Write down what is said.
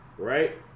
Right